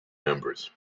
members